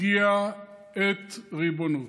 הגיעה עת ריבונות.